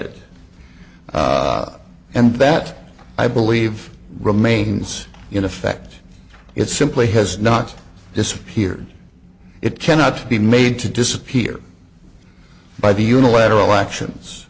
dead and that i believe remains in effect it simply has not disappeared it cannot be made to disappear by the unilateral actions